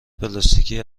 پلاستیکی